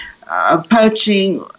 poaching